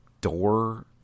door